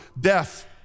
death